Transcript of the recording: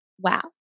wow